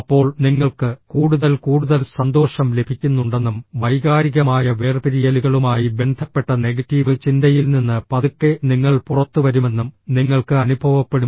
അപ്പോൾ നിങ്ങൾക്ക് കൂടുതൽ കൂടുതൽ സന്തോഷം ലഭിക്കുന്നുണ്ടെന്നും വൈകാരികമായ വേർപിരിയലുകളുമായി ബന്ധപ്പെട്ട നെഗറ്റീവ് ചിന്തയിൽ നിന്ന് പതുക്കെ നിങ്ങൾ പുറത്തുവരുമെന്നും നിങ്ങൾക്ക് അനുഭവപ്പെടും